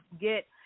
get